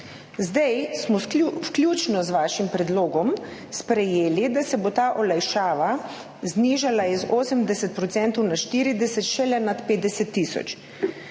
Zdaj smo vključno z vašim predlogom sprejeli, da se bo ta olajšava znižala z 80 % na 40 šele nad 50 tisoč.